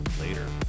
later